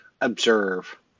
observe